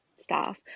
staff